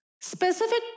Specific